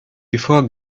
before